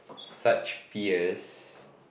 such fears